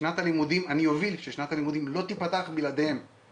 אני אוביל ששנת הלימודים לא תיפתח בלעדיהם.